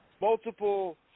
multiple